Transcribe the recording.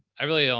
i really don't.